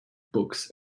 books